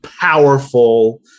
powerful